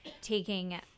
taking